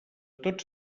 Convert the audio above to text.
tots